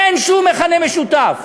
אין שום מכנה משותף.